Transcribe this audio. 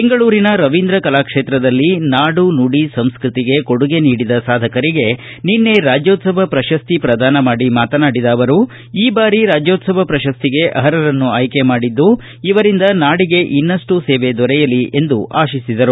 ಬೆಂಗಳೂರಿನ ರವೀಂದ್ರ ಕಲಾಕ್ಷೇತ್ರದಲ್ಲಿ ನಾಡು ನುಡಿ ಸಂಸ್ಕೃತಿಗೆ ಕೊಡುಗೆ ನೀಡಿದ ಸಾಧಕರಿಗೆ ನಿನ್ನೆ ರಾಜ್ಯೋತ್ಸವ ಪ್ರಶಸ್ತಿ ಪ್ರದಾನ ಮಾಡಿ ಮಾತನಾಡಿದ ಅವರು ಈ ಬಾರಿ ರಾಜ್ಯೋತ್ಸವ ಪ್ರಶಸ್ತಿಗೆ ಅರ್ಹರನ್ನು ಆಯ್ಕೆ ಮಾಡಿದ್ದು ಇವರಿಂದ ನಾಡಿಗೆ ಇನ್ನಷ್ಟು ಸೇವೆ ದೊರೆಯಲಿ ಎಂದು ಆಶಿಸಿದರು